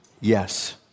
Yes